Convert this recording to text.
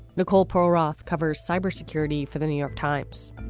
nicole paul roth covers cybersecurity for the new york times